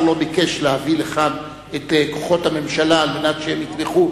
לא ביקש להביא לכאן את כוחות הממשלה על מנת שיתמכו,